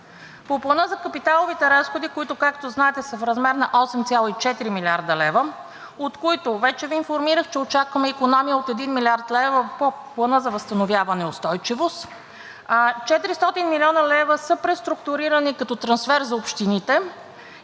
По Плана за капиталовите разходи, които, както знаете, са в размер на 8,4 млрд. лв., от които вече Ви информирах, че очакваме икономия от 1 млрд. лв. по Плана за възстановяване и устойчивост, 400 млн. лв. са преструктурирани като трансфер за общините